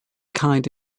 kind